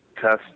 test